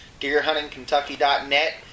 deerhuntingkentucky.net